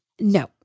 No